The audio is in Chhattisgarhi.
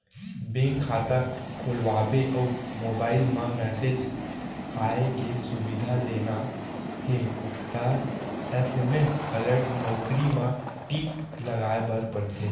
बेंक खाता खोलवाबे अउ मोबईल म मेसेज आए के सुबिधा लेना हे त एस.एम.एस अलर्ट नउकरी म टिक लगाए बर परथे